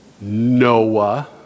Noah